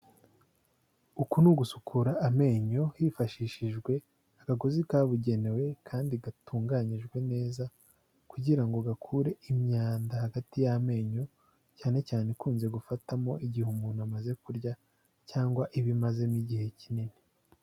Uku ni ugusukura amenyo hifashishijwe akagozi kabugenewe kandi gatunganyijwe neza kugira ngo gakure imyanda hagati y'amenyo, cyane cyane ikunze gufatamo igihe umuntu amaze kurya cyangwa iba imazemo igihe kinini.